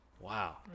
Wow